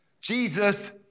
Jesus